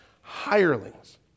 hirelings